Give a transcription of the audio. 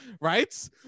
right